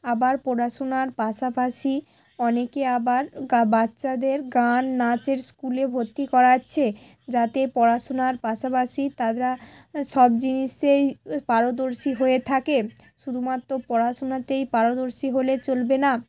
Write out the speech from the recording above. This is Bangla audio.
আবার পড়াশুনার পাশাপাশি অনেকে আবার গা বাচ্চাদের গান নাচের স্কুলে ভর্তি করাচ্ছে যাতে পড়াশুনার পাশাপাশি তারা সব জিনিসেই পারদর্শী হয়ে থাকে শুধুমাত্র পড়াশোনাতেই পারদর্শী হলে চলবে না